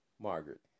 Margaret